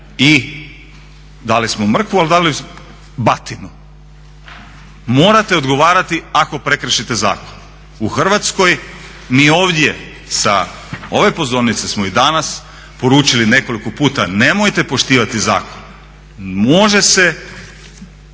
i dali smo mrkvu, ali dali batinu. Morate odgovarati ako prekršite zakon. U Hrvatskoj mi ovdje sa ove pozornice smo i danas poručili nekoliko puta nemojte poštivati zakon, može se